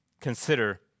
Consider